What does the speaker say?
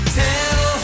tell